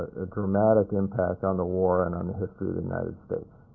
a dramatic impact on the war and on the history of the united states.